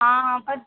हाँ हाँ पर